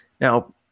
Now